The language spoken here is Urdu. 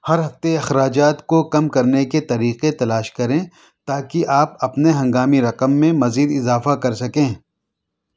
ہر ہفتے اخراجات کو کم کرنے کے طریقے تلاش کریں تاکہ آپ اپنے ہنگامی رقم میں مزید اضافہ کرسکیں